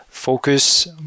focus